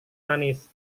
manis